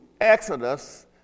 Exodus